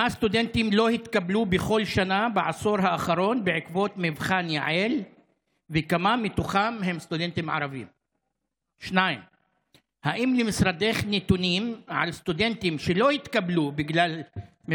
1. כמה סטודנטים לא התקבלו בכל שנה בעשור